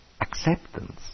acceptance